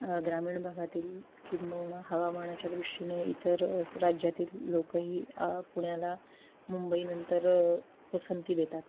ग्रामीण भागातील किंबहुना हवामानाच्या दृष्टीने इतर राज्यातील लोकंही पुण्याला मुंबईनंतर पसंती देतात